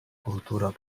kultura